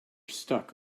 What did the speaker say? stuck